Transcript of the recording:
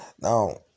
Now